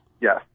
Yes